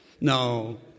No